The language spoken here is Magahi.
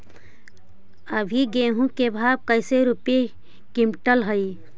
अभी गेहूं के भाव कैसे रूपये क्विंटल हई?